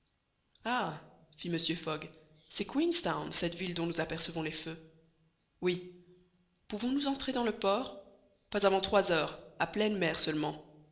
ah fit mr fogg c'est queenstown cette ville dont nous apercevons les feux oui pouvons-nous entrer dans le port pas avant trois heures a pleine mer seulement